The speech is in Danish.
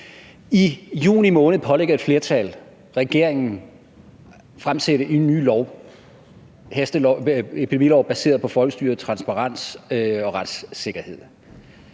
I juni måned pålægger et flertal regeringen at fremsætte en ny epidemilov baseret på folkestyre, transparens og retssikkerhed.